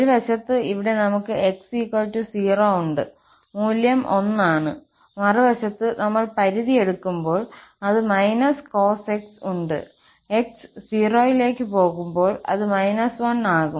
ഒരു വശത്ത് ഇവിടെ നമുക്ക് x 0 ഉണ്ട് മൂല്യം 1 ആണ് മറുവശത്ത് നമ്മൾ പരിധി എടുക്കുമ്പോൾ അത് cos x ഉണ്ട് x 0 ലേക്ക് പോകുമ്പോൾ അത് −1 ആകും